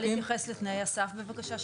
תוכל להתייחס לתנאי הסף בבקשה?